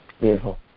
Beautiful